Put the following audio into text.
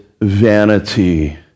vanity